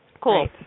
Cool